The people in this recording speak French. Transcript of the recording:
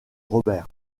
robert